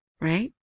right